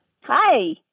Hi